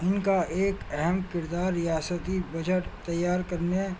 ان کا ایک اہم کردار ریاستی بجٹ تیار کرنے